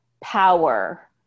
power